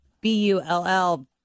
B-U-L-L